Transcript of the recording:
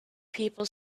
people